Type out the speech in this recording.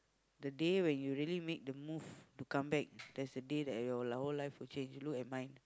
the day where you really made the move to come back that's the day that your whole life will change look at mine